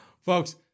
Folks